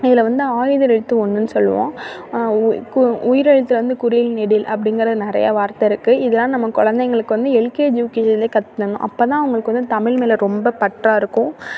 இதில் வந்து ஆயுத எழுத்து ஒன்றுன்னு சொல்லுவோம் கு உயிரெழுத்து வந்து குறில் நெடில் அப்படிங்கறது நிறையா வார்த்தை இருக்குது இதெல்லாம் நம்ம குழந்தைகளுக்கு வந்து எல்கேஜி யூகேஜிலேயே கற்று தரணும் அப்போதான் அவங்களுக்கு வந்து தமிழ் மேலே ரொம்ப பற்றாயிருக்கும்